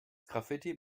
graffiti